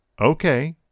okay